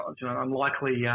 unlikely